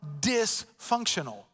dysfunctional